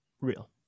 Real